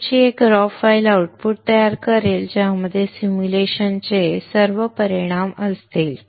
सूची एक raw file output तयार करेल ज्यामध्ये सिम्युलेशनचे सर्व परिणाम असतील